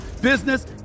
business